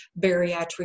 bariatric